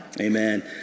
Amen